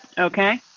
so okay,